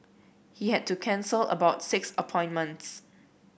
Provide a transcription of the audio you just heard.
he had to cancel about six appointments